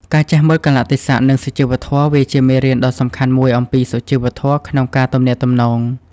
ការចេះមើលកាលៈទេសៈ និងសុជីវធម៌ វាជាមេរៀនដ៏សំខាន់មួយអំពី សុជីវធម៌ ក្នុងការទំនាក់ទំនង។